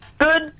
Good